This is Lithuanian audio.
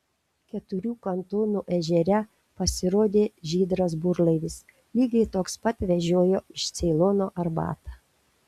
keturių kantonų ežere pasirodė žydras burlaivis lygiai toks pat vežiojo iš ceilono arbatą